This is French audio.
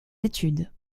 études